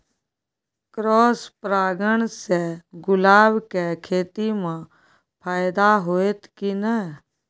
Cross परागण से गुलाब के खेती म फायदा होयत की नय?